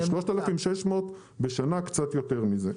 3,600 בשנה, קצת יותר מזה.